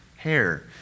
hair